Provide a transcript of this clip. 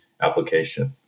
application